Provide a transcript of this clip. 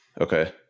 Okay